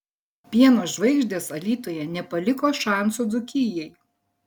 pieno žvaigždės alytuje nepaliko šansų dzūkijai